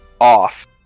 off